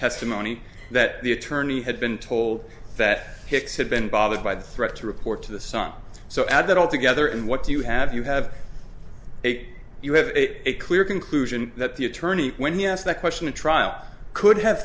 testimony that the attorney had been told that hicks had been bothered by the threat to report to the sun so add that all together and what do you have you have a you have a clear conclusion that the attorney when he asked that question to trial could have